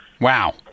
Wow